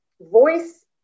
voice